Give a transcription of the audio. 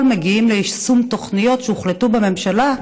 מגיעים ליישום תוכניות שהוחלטו בממשלה.